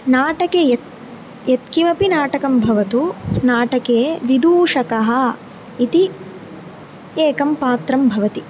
नाटके यत् यत्किमपि नाटकं भवतु नाटके विदूषकः इति एकं पात्रं भवति